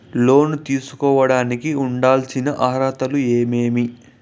లోను తీసుకోడానికి ఉండాల్సిన అర్హతలు ఏమేమి?